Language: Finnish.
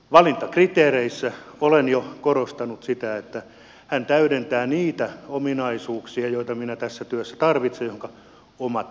valintakriteereissä olen jo korostanut sitä että hän täydentää niitä ominaisuuksia joita minä tässä työssä tarvitsen ja joihinka omat voimavarani eivät riitä